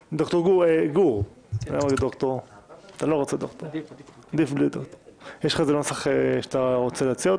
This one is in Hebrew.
גור, יש לך נוסח שאתה רוצה להציע?